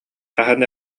хаһан